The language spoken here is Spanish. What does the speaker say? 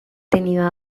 tenido